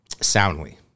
soundly